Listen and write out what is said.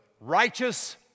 righteous